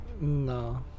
No